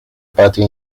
patio